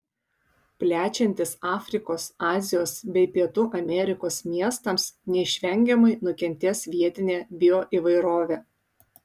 plečiantis afrikos azijos bei pietų amerikos miestams neišvengiamai nukentės vietinė bioįvairovė